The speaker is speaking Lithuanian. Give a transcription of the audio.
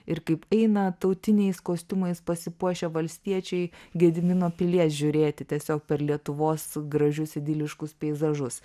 ir kaip eina tautiniais kostiumais pasipuošę valstiečiai gedimino pilies žiūrėti tiesiog per lietuvos gražius idiliškus peizažus